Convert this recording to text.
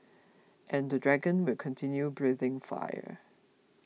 and the dragon will continue breathing fire